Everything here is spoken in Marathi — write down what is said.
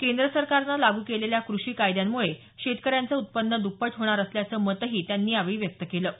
केंद्र सरकारनं लागू केलेल्या कृषी कायद्यांमुळे शेतकऱ्यांचं उत्पन्न दुप्पट होणार असल्याचं मतही बोंडे यांनी व्यक्त केलं आहे